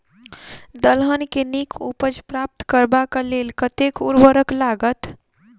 दलहन केँ नीक उपज प्राप्त करबाक लेल कतेक उर्वरक लागत?